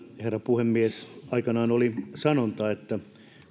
herra puhemies aikanaan oli sanonta että